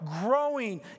growing